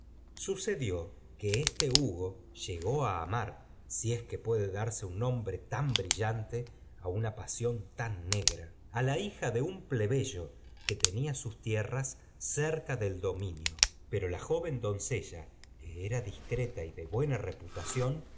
sucedió que este hugo llegó á amar si es que puede darse un nombre tan brillante á una parf sión tan negra á la hija de un plebeyo que te i n a sus tierras cerca del dominio pero la joven adoncella qe era discreta y de buena reputación